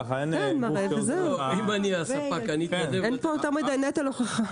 אין פה יותר מדי נטל הוכחה.